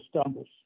stumbles